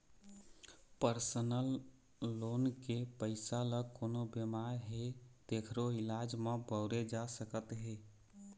personal loan के पइसा ल कोनो बेमार हे तेखरो इलाज म बउरे जा सकत हे